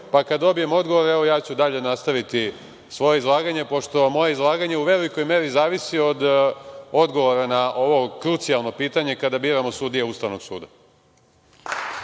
pa kad dobijem odgovor ja ću dalje nastaviti svoje izlaganje, pošto moje izlaganje u velikoj meri zavisi od odgovora na ovo krucijalno pitanje kada biramo sudije Ustavnog suda.